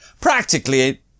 practically